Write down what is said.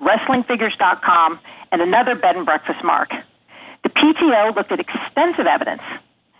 wrestling figures dot com and another bed and breakfast mark the p t o but that expensive evidence